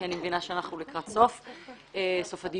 כי אני מבינה שאנחנו לקראת סוף הדיון.